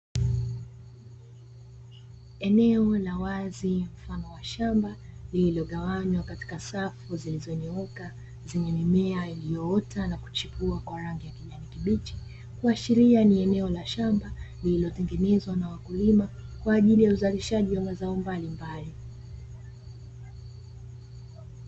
Eneo la wazi mfano wa shamba lililogawanywa katika safu zilizonyooka zenye mimea, iliyoota na kuchipua kwa rangi ya kijani kibichi kuashiria ni eneo la shamba lililotengenezwa na wakulima kwajili ya uzalishaji wa mazao mbalimbali.